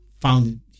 found